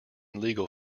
legal